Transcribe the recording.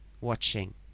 watching